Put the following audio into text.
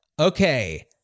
Okay